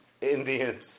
Indians